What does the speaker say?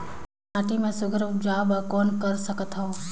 मैं माटी मा सुघ्घर उपजाऊ बर कौन कर सकत हवो?